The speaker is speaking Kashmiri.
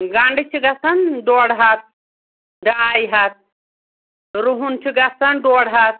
گَنٛڈٕ چھِ گژھان ڈۄڈ ہَتھ ڈاے ہَتھ رُہُن چھُ گژھان ڈۄڈ ہَتھ